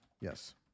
Yes